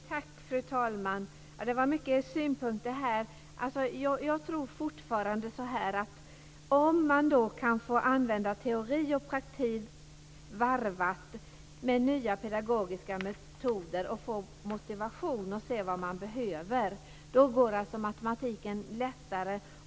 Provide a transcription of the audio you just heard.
Tack, fru talman! Det var många synpunkter. Jag tror fortfarande att om man kan få använda teori och praktik varvat med nya pedagogiska metoder och får motivation och se vad man behöver går matematiken lättare.